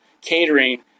catering